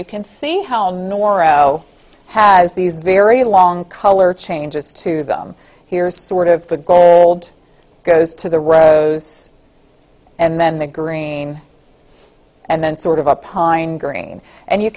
you can see how noro has these very long color changes to them here sort of gold goes to the rose and then the green and then sort of a